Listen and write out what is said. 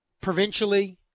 provincially